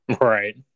right